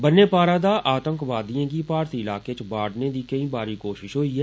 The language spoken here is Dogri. बन्ने पारा दा आंतकवादिएं गी भारतीय इलाकें च बाढ़ने दी केंई बारी कोषिष होई ऐ